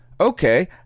okay